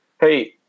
hey